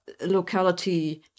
locality